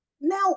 Now